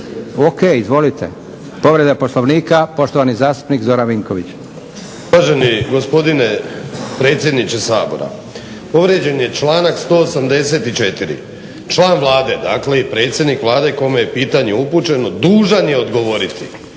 O.K. izvolite. Povreda Poslovnika, poštovani zastupnik Zoran Vinković. **Vinković, Zoran (HDSSB)** Uvaženi gospodine predsjedniče Sabora, povrijeđen je članak 184. Član Vlade dakle i predsjednik Vlade kome je pitanje upućeno dužan je odgovoriti